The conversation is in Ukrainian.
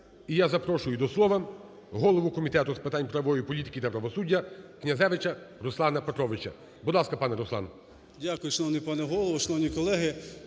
І я запрошую до слова голову Комітету з питань правової політики та правосуддя Князевича Руслана Петровича. Будь ласка, пане Руслан. 13:01:26 КНЯЗЕВИЧ Р.П. Дякую, шановний пане Голово. Шановні колеги,